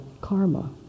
karma